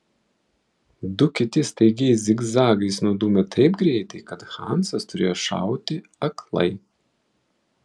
du kiti staigiais zigzagais nudūmė taip greitai kad hansas turėjo šauti aklai